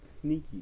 sneaky